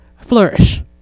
flourish